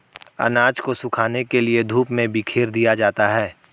अनाज को सुखाने के लिए धूप में बिखेर दिया जाता है